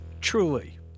truly